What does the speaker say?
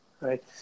Right